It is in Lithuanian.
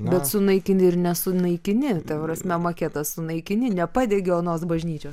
bet sunaikini ir nesunaikini ta prasme maketą sunaikini nepadegi onos bažnyčios